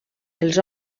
els